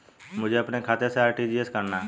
मुझे अपने खाते से आर.टी.जी.एस करना?